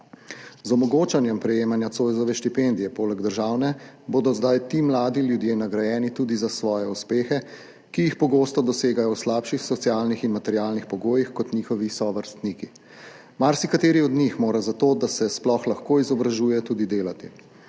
Z omogočanjem prejemanja Zoisove štipendije poleg državne bodo zdaj ti mladi ljudje nagrajeni tudi za svoje uspehe, ki jih pogosto dosegajo v slabših socialnih in materialnih pogojih kot njihovi sovrstniki. Marsikateri od njih mora za to, da se sploh lahko izobražuje, tudi delati.